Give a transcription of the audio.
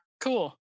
cool